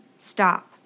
Stop